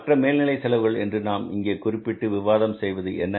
மற்ற மேல்நிலை செலவுகள் என்று நாம் இங்கே குறிப்பிட்டு விவாதம் செய்வது என்ன